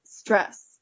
stress